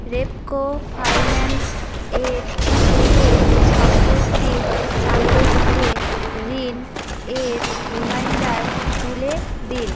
Repco finance এর থেকে সম্পত্তির সাপেক্ষে ঋণ এর রিমাইন্ডার তুলে দিন